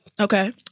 Okay